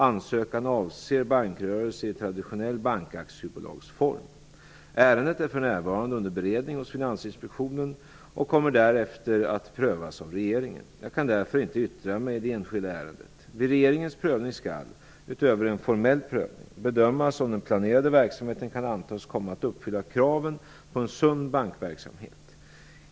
Ansökan avser bankrörelse i traditionell bankaktiebolagsform. Ärendet är för närvarande under beredning hos Finansinspektionen och kommer därefter att prövas av regeringen. Jag kan därför inte yttra mig i det enskilda ärendet. Vid regeringens prövning skall - utöver en formell prövning - bedömas om den planerade verksamheten kan antas komma att uppfylla kraven på en sund bankverksamhet.